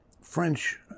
French